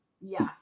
Yes